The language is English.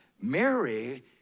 Mary